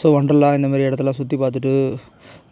so Wonderla இந்தமாரி இடத்தெல்லாம் சுற்றிப் பார்த்துட்டு